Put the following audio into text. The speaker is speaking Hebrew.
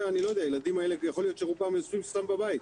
הילדים האלה, יכול להיות שרובם יושבים סתם בבית,